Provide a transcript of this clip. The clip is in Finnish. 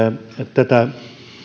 tätä